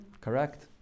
Correct